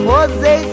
Jose